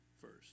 first